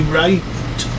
right